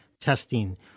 testing